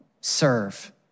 serve